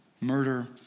Murder